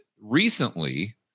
recently